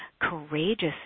courageous